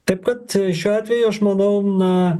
taip kad šiuo atveju aš manau na